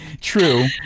true